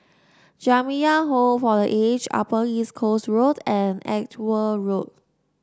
Jamiyah Home for The Aged Upper East Coast Road and Edgware Road